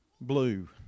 Blue